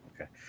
Okay